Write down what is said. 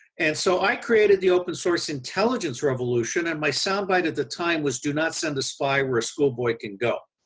and, so i created the open source intelligence revolution and my soundbite at the time was do not send a spy where a school boy can go.